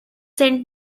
sent